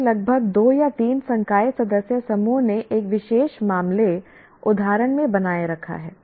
ये लगभग दो या तीन संकाय सदस्य समूह ने एक विशेष मामले उदाहरण में बनाए रखा है